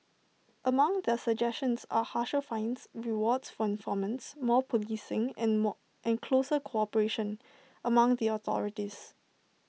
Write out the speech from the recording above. among their suggestions are harsher fines rewards for informants more policing and more and closer cooperation among the authorities